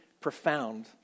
profound